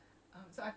what is it about